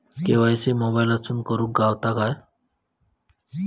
KYC मोबाईलातसून करुक गावता काय?